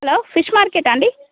hello fish మార్కెటా అండి